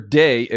day